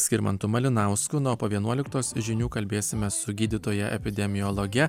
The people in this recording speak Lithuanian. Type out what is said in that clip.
skirmantu malinausku na o po vienuoliktos žinių kalbėsime su gydytoja epidemiologe